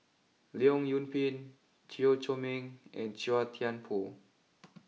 Leong Yoon Pin Chew Chor Meng and Chua Thian Poh